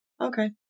Okay